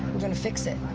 we're going to fix it.